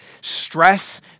stress